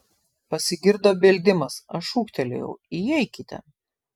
pasigirdo beldimas aš šūktelėjau įeikite